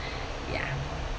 ya